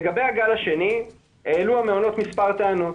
לגבי הגל השני, העלו המעונות מספר טענות.